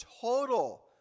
total